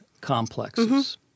complexes